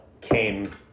came